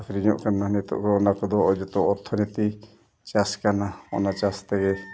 ᱟᱹᱠᱷᱨᱤᱧᱚᱜ ᱠᱟᱱᱟ ᱱᱤᱛᱚᱜ ᱫᱚ ᱚᱱᱟ ᱠᱚᱫᱚ ᱡᱚᱛᱚ ᱚᱨᱛᱷᱚᱱᱳᱭᱛᱤᱠ ᱪᱟᱥ ᱠᱟᱱᱟ ᱚᱱᱟ ᱪᱟᱥ ᱛᱮᱜᱮ